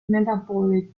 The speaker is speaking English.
metabolic